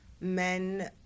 men